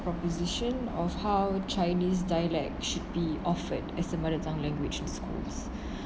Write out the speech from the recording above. proposition of how chinese dialect should be offered as a mother tongue language